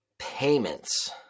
Payments